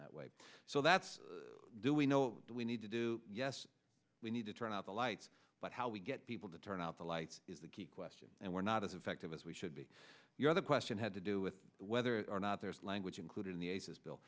that way so that's do we know that we need to do yes we need to turn off the lights but how we get people to turn out the lights is the key question and we're not as effective as we should be the other question had to do with whether or not there's language included in the aces bill